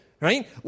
right